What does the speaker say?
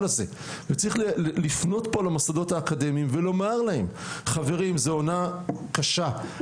הזה וצריך לפנות פה למוסדות האקדמיים ולומר להם: 'חברים זו עונה קשה,